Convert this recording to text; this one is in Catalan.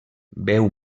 beu